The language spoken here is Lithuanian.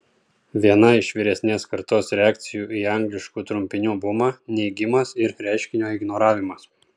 viena iš vyresnės kartos reakcijų į angliškų trumpinių bumą neigimas ir reiškinio ignoravimas